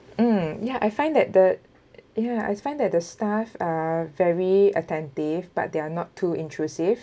mm ya I find that the ya I find that the staff are very attentive but they're not too intrusive